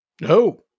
No